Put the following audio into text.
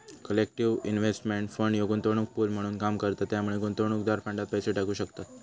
collective investment fund ह्यो गुंतवणूक pool म्हणून काम करता त्यामुळे गुंतवणूकदार फंडात पैसे टाकू शकतत